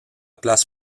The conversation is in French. place